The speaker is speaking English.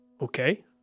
Okay